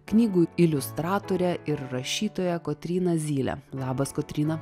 knygų iliustratorę ir rašytoją kotryną zylę labas kotryna